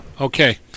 Okay